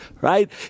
right